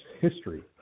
history